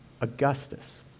Augustus